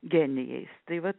genijais tai va